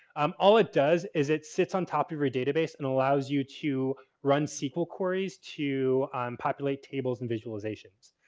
um all it does is it sits on top of your database and allows you to run sql queries to populate tables and visualizations.